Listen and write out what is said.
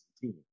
team